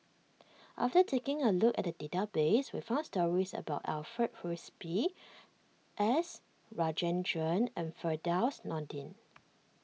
after taking a look at the database we found stories about Alfred Frisby S Rajendran and Firdaus Nordin